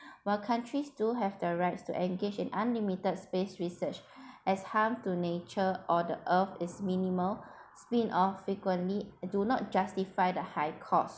while countries do have the right to engage in unlimited space research as harm to nature or the earth is minimal spin off frequently do not justify the high cost